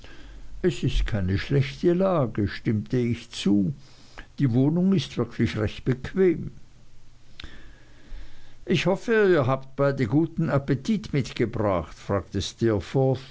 es ist keine schlechte lage stimmte ich zu die wohnung ist wirklich recht bequem ich hoffe ihr habt beide guten appetit mitgebracht fragte